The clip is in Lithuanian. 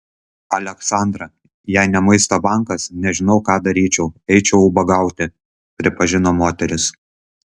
aleksandra jei ne maisto bankas nežinau ką daryčiau eičiau ubagauti pripažino moteris